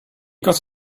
got